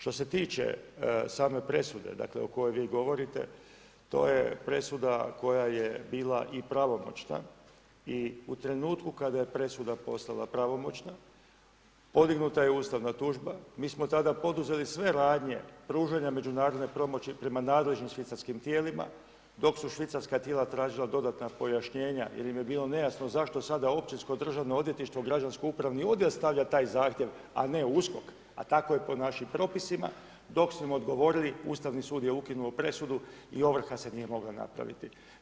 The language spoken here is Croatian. Što se tiče same presude o kojoj vi govorite, to je presuda koja je bila i pravomoćna i u trenutku kada je presuda postala pravomoćna podignuta je Ustavna tužba, mi smo tada poduzeli sve radnje pružanja međunarodne pomoći prema nadležnim Švicarskim tijelima, dok su Švicarska tijela tražila dodatna pojašnjenja jer im je bilo nejasno zašto sada općinsko državno odvjetništvo, građansko upravni odjel stavlja taj zahtjev, a ne USKOK, a tako je po našim propisima, dok su nam odgovorili Ustavni sud je ukinuo presudu i ovrha se nije mogla napraviti.